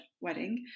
wedding